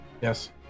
yes